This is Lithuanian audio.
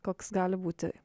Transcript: koks gali būti